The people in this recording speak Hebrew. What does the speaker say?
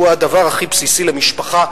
שהוא הדבר הכי בסיסי למשפחה,